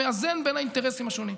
שמאזן בין האינטרסים השונים.